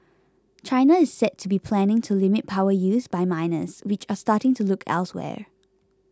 China is said to be planning to limit power use by miners which are starting to look elsewhere